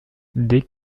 dès